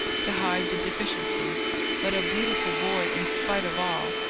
to hide the deficiency but a beautiful boy in spite of all,